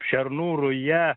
šernų ruja